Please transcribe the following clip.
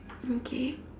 okay